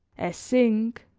as zinc,